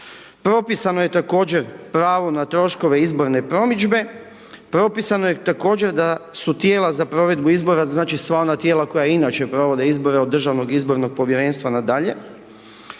Propisano je također pravo na troškove izborne promidžbe. Propisano je također da su tijela za provedbu izbora, znači, sva ona tijela koja inače provode izbore, od Državnog izbornog povjerenstva na dalje.